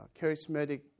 charismatic